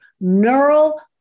neural